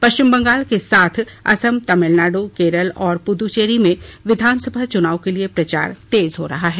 पश्चिम बंगाल के साथ असम तमिलनाडु केरल और पुद्दचेरी में विधानसभा चुनाव के लिए प्रचार तेज हो रहा है